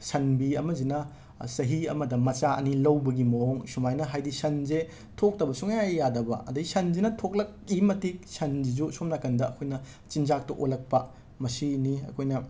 ꯁꯟꯕꯤ ꯑꯃꯁꯤꯅ ꯆꯍꯤ ꯑꯃꯗ ꯃꯆꯥ ꯑꯅꯤ ꯂꯧꯕꯒꯤ ꯃꯑꯣꯡ ꯁꯨꯃꯥꯏꯅ ꯍꯥꯏꯗꯤ ꯁꯟꯁꯦ ꯊꯣꯛꯇꯕ ꯁꯨꯡꯌꯥ ꯌꯥꯗꯕ ꯑꯗꯒꯤ ꯁꯟꯁꯤꯅ ꯊꯣꯛꯂꯛꯏ ꯃꯇꯤꯛ ꯁꯟꯁꯤꯁꯨ ꯁꯣꯝꯅꯥꯀꯟꯗ ꯑꯩꯈꯣꯏꯅ ꯆꯤꯟꯖꯥꯛꯇ ꯑꯣꯜꯂꯛꯄ ꯃꯁꯤꯅꯤ ꯑꯩꯈꯣꯏꯅ